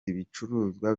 ibicuruzwa